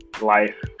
life